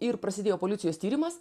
ir prasidėjo policijos tyrimas